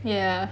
ya